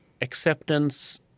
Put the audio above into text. acceptance